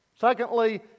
Secondly